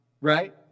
right